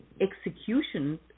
execution